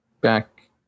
back